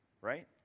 Right